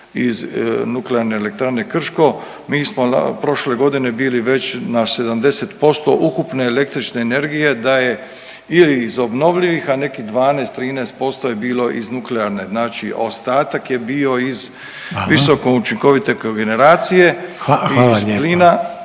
iz Nuklearne elektrane Krško, mi smo prošle godine bili već na 70% ukupne električne energije da je ili iz obnovljivih, a nekih 12, 13% je bilo iz nuklearne. Znači ostatak je bio iz …/Upadica: Hvala./… visokoučinkovite kogeneracije …/Upadica: